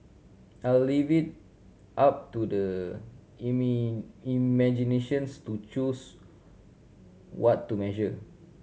I'll leave it up to the imaginations to choose what to measure